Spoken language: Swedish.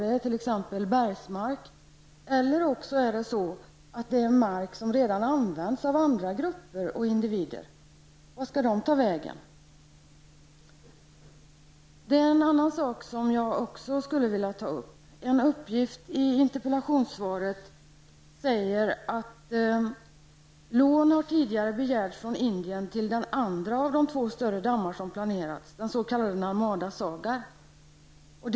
Det är t.ex. bergsmarker eller mark som redan används av andra grupper och individer. Var skall de ta vägen? Det finns ytterligare en fråga som jag vill ta upp. En uppgift i interpellationssvaret säger att lån har tidigare begärts av Indien till den andra av de två större dammar som planeras, den s.k. Narmada Sagar-dammen.